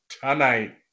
tonight